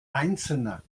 einzelner